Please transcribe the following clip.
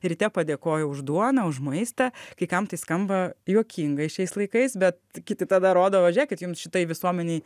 ryte padėkoja už duoną už maistą kai kam tai skamba juokingai šiais laikais bet kiti tada rodo va žiūrėkit jums šitai visuomenei